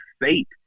fate